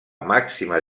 màxima